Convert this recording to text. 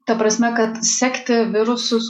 ta prasme kad sekti virusus